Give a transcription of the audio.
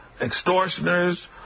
extortioners